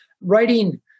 writing